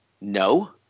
no